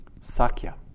Sakya